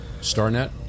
StarNet